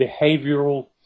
behavioral